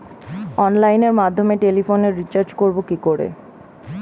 অনলাইনের মাধ্যমে টেলিফোনে রিচার্জ করব কি করে?